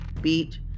beat